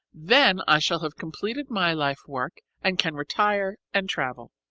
then i shall have completed my life work and can retire and travel.